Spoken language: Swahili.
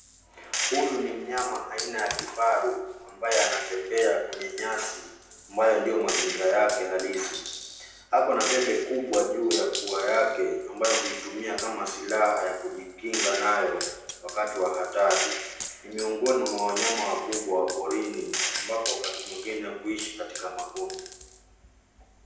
Huyu ni mnyama aina ya kifaru ambaye anatembea kwenye nyasi ambayo ndiyo mazingira yake halisi. Ako na pembe kubwa juu ya pia yake ambaye hutumia kama silaha ya kujikinga nayo wakati wa hatari. Ni miongoni mwa wanyama wakubwa wa porini ambapo wakati mwingine huishi katika makundi.